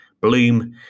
bloom